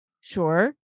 Sure